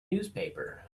newspaper